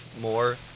more